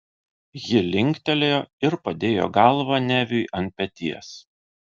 ji linktelėjo ir padėjo galvą neviui ant peties